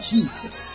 Jesus